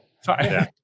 Sorry